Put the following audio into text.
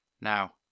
Now